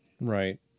Right